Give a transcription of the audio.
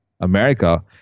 America